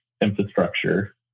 infrastructure